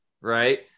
right